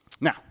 Now